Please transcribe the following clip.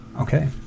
Okay